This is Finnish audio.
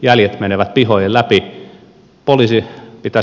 jäljet menevät pihojen läpi